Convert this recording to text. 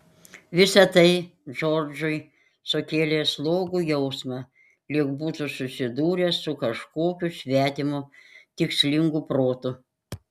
visa tai džordžui sukėlė slogų jausmą lyg būtų susidūręs su kažkokiu svetimu tikslingu protu